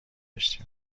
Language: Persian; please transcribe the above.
داشتیم